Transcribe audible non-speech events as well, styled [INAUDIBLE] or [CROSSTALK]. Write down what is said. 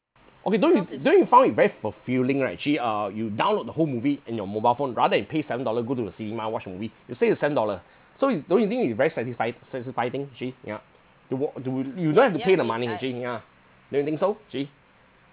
okay don't you don't you found it very fulfilling right actually uh you download the whole movie in your mobile phone rather than pay seven dollar go to the cinema watch movie you save the seven dollar [BREATH] so you don't you think it's very satisfy satisfying actually yeah to wa~ to you don't have to pay the money actually yeah don't you think so actually